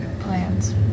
plans